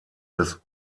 des